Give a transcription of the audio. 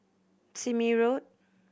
Sime Road